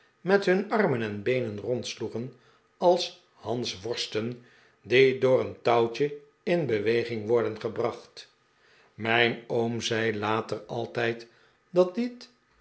met hun armen en beenen rondsloegen als hansworsten die door een touwtje in beweging worden gebracht mijn oom zei later altijd dat dit